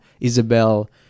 Isabel